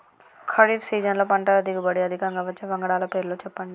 ఖరీఫ్ సీజన్లో పంటల దిగుబడి అధికంగా వచ్చే వంగడాల పేర్లు చెప్పండి?